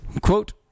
Quote